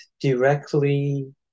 directly